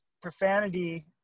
profanity